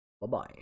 Bye-bye